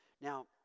Now